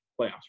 playoffs